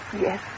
Yes